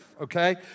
okay